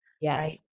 Yes